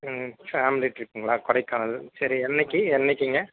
ம் ஃபேமிலி ட்ரிப்புங்களா கொடைக்கானல் சரி என்னைக்கி என்னைக்கீங்க